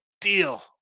deal